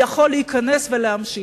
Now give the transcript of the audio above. יכול להיכנס ולהמשיך.